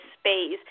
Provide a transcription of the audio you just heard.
space